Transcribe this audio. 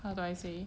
how do I say